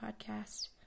podcast